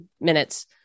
minutes